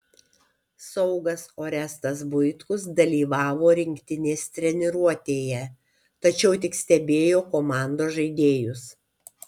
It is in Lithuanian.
saugas orestas buitkus dalyvavo rinktinės treniruotėje tačiau tik stebėjo komandos žaidėjus